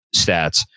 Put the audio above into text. stats